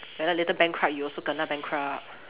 ya lah later bankrupt you also kena bankrupt